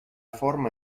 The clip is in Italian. forma